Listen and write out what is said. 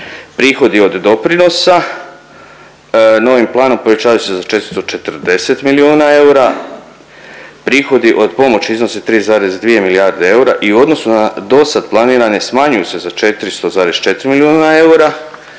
Prihodi od doprinosa, novim planom pojačavaju se za 440 milijuna eura, prihodi od pomoći iznose 3,2 milijarde eura i u odnosu na dosad planirane smanjuju se za 400,4 milijuna eura